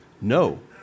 No